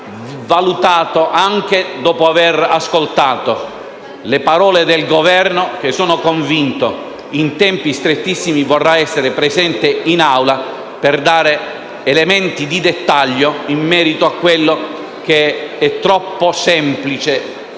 valutato anche dopo aver ascoltato le parole del Governo che - sono convinto - in tempi rapidissimi vorrà essere presente in Aula per fornire elementi di dettaglio in merito a quello che è troppo semplice